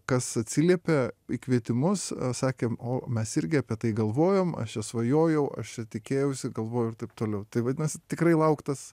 kas atsiliepia į kvietimus sakėm o mes irgi apie tai galvojom aš čia svajojau aš čia tikėjausi galvojau ir taip toliau tai vadinasi tikrai lauktas